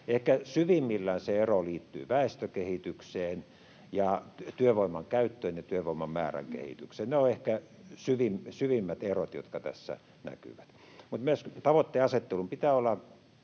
Ehkä syvimmillään se ero liittyy väestökehitykseen ja työvoiman käyttöön ja työvoiman määrän kehitykseen. Ne ovat ehkä syvimmät erot, jotka tässä näkyvät. Mutta myös tavoitteenasettelun pitää olla